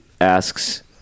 asks